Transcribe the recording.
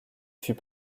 fut